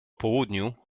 południu